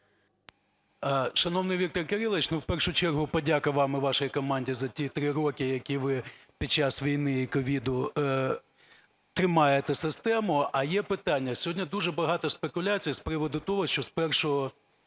Шановний Віктор Кирилович, в першу чергу подяка вам і вашій команді за ті 3 роки, які ви під час війни і ковіду тримаєте систему. А є питання. Сьогодні дуже багато спекуляцій з приводу того, що з 1